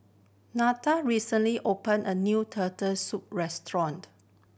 Nelda recently open a new Turtle Soup restaurant